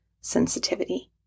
sensitivity